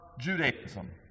Judaism